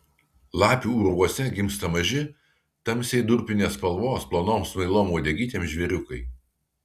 lapių urvuose gimsta maži tamsiai durpinės spalvos plonom smailom uodegytėm žvėriukai